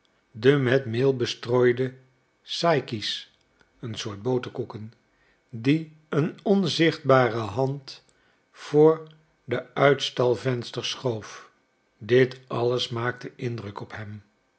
de met meel bestrooide saïki's een soort boterkoeken dien een onzichtbare hand voor het uitstalvenster schoof dit alles maakte indruk op hem